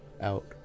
out